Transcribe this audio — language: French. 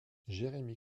jeremy